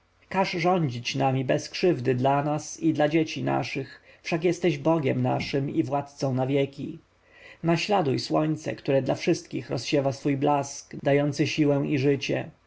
każ rządzić nami bez krzywdy dla nas i dla dzieci naszych wszak jesteś bogiem naszym i władcą na wieki naśladuj słońce które dla wszystkich rozsiewa swój blask dający siłę i życie